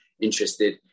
interested